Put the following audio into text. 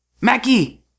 Mackie